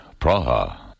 Praha